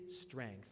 strength